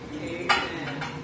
Amen